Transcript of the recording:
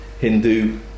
Hindu